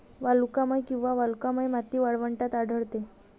वालुकामय किंवा वालुकामय माती वाळवंटात आढळते